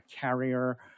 Carrier